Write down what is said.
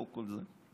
איפה כל זה?